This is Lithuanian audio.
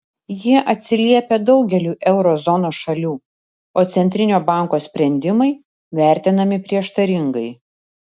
jie atsiliepia daugeliui euro zonos šalių o centrinio banko sprendimai vertinami prieštaringai